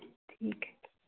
ठीक है